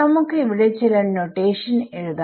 നമുക്ക് ഇവിടെ ചില നോട്ടേഷൻ എഴുതാം